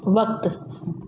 वक्त